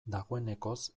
dagoenekoz